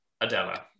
Adela